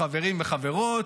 חברים וחברות,